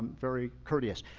very courteous.